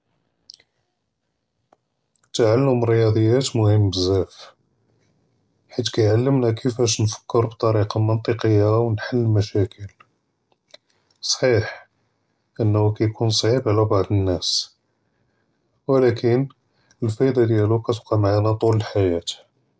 תַעַלֵּם רִיַאדְיַאת מֻהִימּ בְּזַאף, חֵית כּיַעְלְּמְנַא כִּיףַאש נַפְכְּרּו בִּטְרִיקַה מַנְטִקִיַּה וּנְחַלּ לְמְשַׁאכֵּל, סַחִיח אַנּוּ כּיְקוּן צְעִיב עַלַא בַּעְד נַאס וְלָקִין אֶלְפַאאִידֶה דִיַאלוּ כּתְבְּקִי מְעַאנָא טוֹל אלחַיַאת.